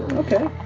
okay.